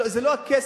זה לא הכסף.